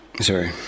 sorry